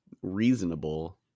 reasonable